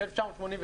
ב-1989,